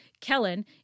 Kellen